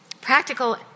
Practical